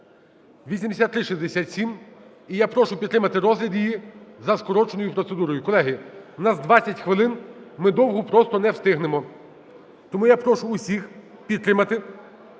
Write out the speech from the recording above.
8367. І я прошу підтримати розгляд її за скороченою процедурою. Колеги, у нас 20 хвилин, ми довго просто не встигнемо. Тому я прошу усіх підтримати